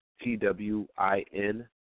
T-W-I-N